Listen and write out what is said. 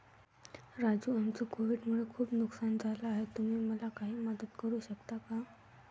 राजू आमचं कोविड मुळे खूप नुकसान झालं आहे तुम्ही मला काही मदत करू शकता का?